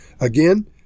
Again